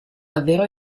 davvero